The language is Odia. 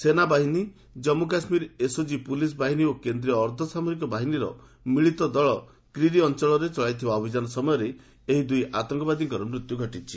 ସେନାବାହିନୀ ଜମ୍ମୁ କାଶ୍ମୀର ଏସ୍ଓଜି ପୁଲିସ୍ ବାହିନୀ ଓ କେନ୍ଦ୍ରୀୟ ଅର୍ଦ୍ଧସାମରିକ ବାହିନୀର ମିଳିତ ଦଳ କ୍ରିରି ଅଞ୍ଚଳରେ ଚଳାଇଥିବା ଅଭିଯାନ ସମୟରେ ଏହି ଦୁଇ ଆତଙ୍କବାଦୀଙ୍କ ମୃତ୍ୟୁ ଘଟିଛି